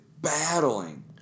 battling